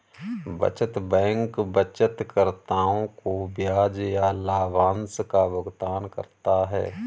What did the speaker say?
बचत बैंक बचतकर्ताओं को ब्याज या लाभांश का भुगतान करता है